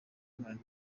donald